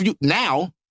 Now